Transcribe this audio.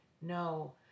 No